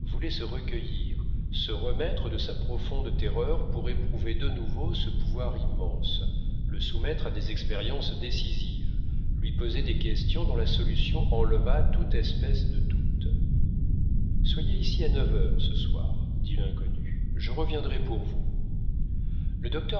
se recueillir se remettre de sa profonde terreur pour éprouver de nouveau ce pouvoir immense le soumettre à des expériences décisives lui poser des questions dont la solution enlevât toute espèce de doute soyez ici à neuf heures ce soir dit l'inconnu je reviendrai pour vous le docteur